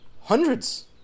hundreds